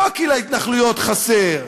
לא כי להתנחלויות חסר,